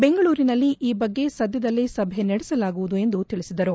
ಬೆಂಗಳೂರಿನಲ್ಲಿ ಈ ಬಗ್ಗೆ ಸದ್ದದಲ್ಲೇ ಸಭೆ ನಡೆಸಲಾಗುವುದು ಎಂದು ತಿಳಿಸಿದರು